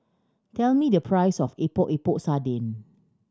tell me the price of Epok Epok Sardin